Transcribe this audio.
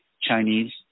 Chinese